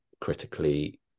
critically